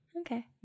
Okay